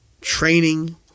training